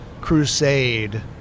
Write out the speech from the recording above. crusade